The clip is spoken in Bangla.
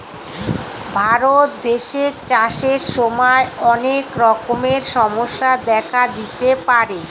ভারত দেশে চাষের সময় অনেক রকমের সমস্যা দেখা দিতে পারে